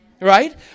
right